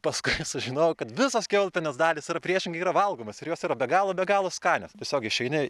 paskui sužinojau kad visos kiaulpienės dalys yra priešingai yra valgomos ir jos yra be galo be galo skanios tiesiog išeini